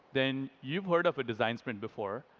then you've heard of a design sprint before.